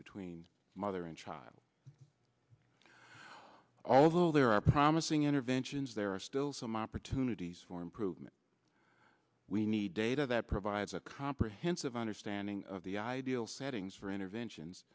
between mother and child although there are promising interventions there are still some opportunities for improvement we need data that provides a comprehensive understanding of the ideal settings for interventions